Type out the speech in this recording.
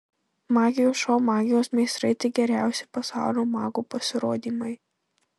magijos šou magijos meistrai tik geriausi pasaulio magų pasirodymai